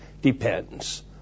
depends